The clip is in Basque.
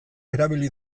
erabili